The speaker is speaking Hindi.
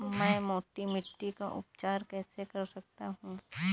मैं मोटी मिट्टी का उपचार कैसे कर सकता हूँ?